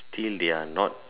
still there are not